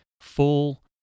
full